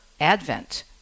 Advent